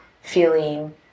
feeling